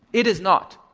it is not.